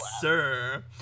sir